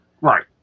Right